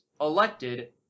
elected